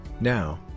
Now